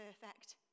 perfect